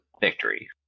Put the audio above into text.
Victory